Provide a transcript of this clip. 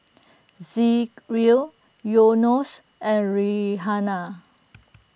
Zikri O Yunos and Raihana